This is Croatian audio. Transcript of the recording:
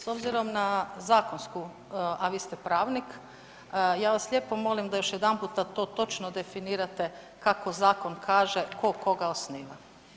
S obzirom na zakonsku, a vi ste pravnik, ja vas lijepo molim da to još jedanputa to točno definirate kako zakon kaže tko koga osniva.